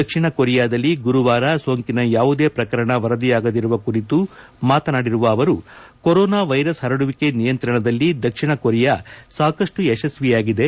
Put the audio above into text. ದಕ್ಷಿಣ ಕೊರಿಯಾದಲ್ಲಿ ಗುರುವಾರ ಸೋಂಕಿನ ಯಾವುದೇ ಪ್ರಕರಣ ವರದಿಯಾಗದಿರುವ ಕುರಿತು ಮಾತನಾಡಿದ ಅವರು ಕೊರೊನಾ ವ್ಲೆರಸ್ ಹರಡುವಿಕೆ ನಿಯಂತ್ರಣದಲ್ಲಿ ದಕ್ಷಿಣ ಕೊರಿಯಾ ಸಾಕಷ್ಟು ಯಶಸ್ವಿಯಾಗಿದೆ